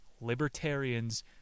Libertarians